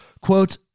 Quote